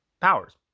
powers